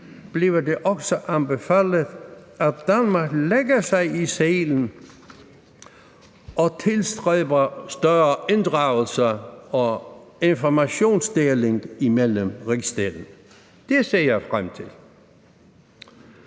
bliver det også anbefalet, at Danmark lægger sig i selen og tilstræber større inddragelse og informationsdeling mellem rigsdelene. Det ser jeg frem til.